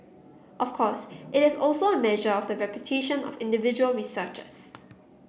of course it is also a measure of the reputation of individual researchers